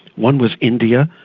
one was india,